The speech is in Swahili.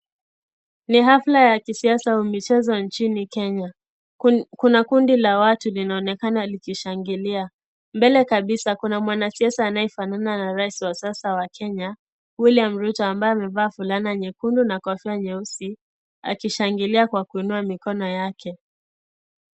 Ni hafla ya kisiasa au michezo nchini Kenya. Kuna kundi la watu linaonekana likishangilia. Mbele kabisa kuna mwanasiasa anayefanana na rais wa sasa wa Kenya, William Ruto ambaye amevaa fulana nyekundu na kofia nyeusi akishangilia kwa kuinua mikono yake.